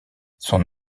son